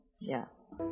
Yes